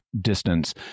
distance